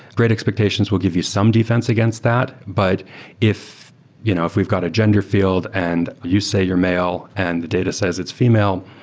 great expectations will give you some defense against that. but if you know if we've got a gender fi eld and you say you're male and the data says it's female,